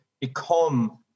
become